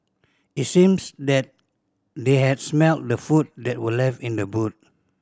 it seems that they had smelt the food that were left in the boot